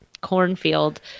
cornfield